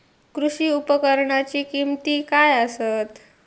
कृषी उपकरणाची किमती काय आसत?